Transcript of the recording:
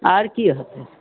आर की होतै